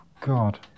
God